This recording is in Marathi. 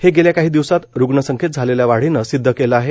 हे गेल्या काही दिवसांत रुग्णसंख्येत झालेल्या वाढीनं सिद्ध केलं आहे